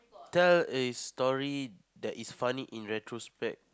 tell a story that is funny in retrospect